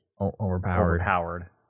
overpowered